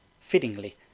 Fittingly